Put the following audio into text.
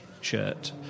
shirt